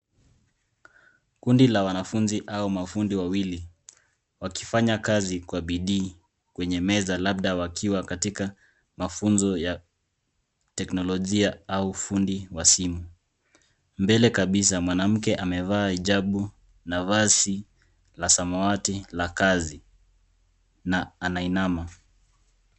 Kundi la wanafunzi au mafundi wawili wakifanya kazi kwa bidii kwenye meza labda wakiwa katika mafunzo ya teknolojia au ufundi wa simu. Mbele kabisa, mwanamke amevaa hijabu na vazi la samawati la kazi na anainama.